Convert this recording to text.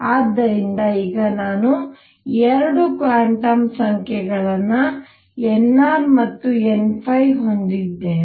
ಆದ್ದರಿಂದ ಈಗ ನಾನು 2 ಕ್ವಾಂಟಮ್ ಸಂಖ್ಯೆಗಳನ್ನು nr ಮತ್ತು nಹೊಂದಿದ್ದೇನೆ